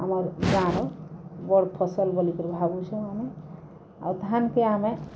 ଆମର୍ ଗାଁର ବଡ଼ ଫସଲ୍ ବୋଲିକରି ଭାବୁଛୁଁ ଆମେ ଆଉ ଧାନ୍କେ ଆମେ